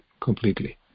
completely